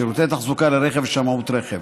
שירותי תחזוקה לרכב ושמאות רכב.